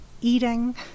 Eating